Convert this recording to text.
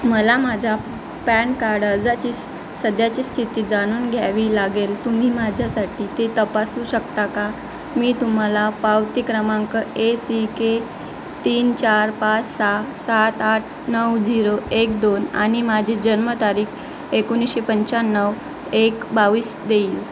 मला माझ्या pan card अर्जाची सध्याची स्थिती जाणून घ्यावी लागेल तुम्ही माझ्यासाठी ते तपासू शकता का मी तुम्हाला पावती क्रमांक ए सी के तीन चार पाच सहा सात आठ नऊ झिरो एक दोन आणि माझी जन्मतारीख एकोणीशे पंच्याण्णव एक बावीस देईल